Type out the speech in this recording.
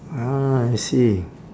ah I see